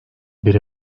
biri